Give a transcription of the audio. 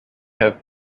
have